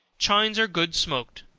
chines are good smoked.